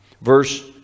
Verse